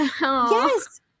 yes